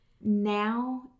Now